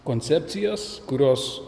koncepcijas kurios